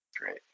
great